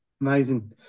Amazing